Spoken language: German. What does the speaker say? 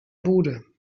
bude